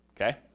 okay